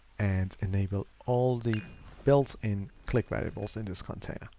and enable all the built in click variables in this container,